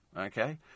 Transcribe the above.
Okay